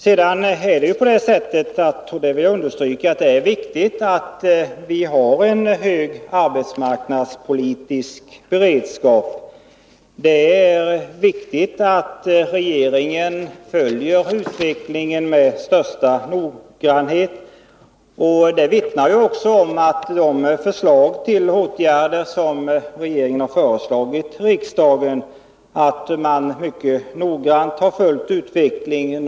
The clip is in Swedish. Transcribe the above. Jag vill vidare understryka att det är viktigt att vi har en hög arbetsmarknadspolitisk beredskap. Det är angeläget att regeringen följer utvecklingen med största noggrannhet. De åtgärder som regeringen har föreslagit riksdagen vittnar också om att man mycket noggrant har följt utvecklingen.